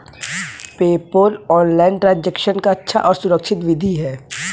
PayPal online transaction का अच्छा और सुरक्षित विधि है